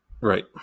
Right